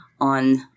on